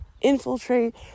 infiltrate